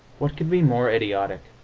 what could be more idiotic?